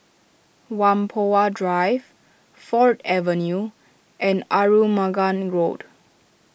Whampoa Drive Ford Avenue and Arumugam Road